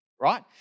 right